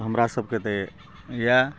हमरा सबके तऽ यऽ